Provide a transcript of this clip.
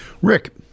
Rick